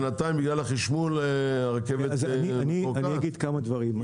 אני אגיד כמה דברים.